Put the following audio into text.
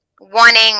wanting